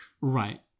Right